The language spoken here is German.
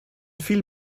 viel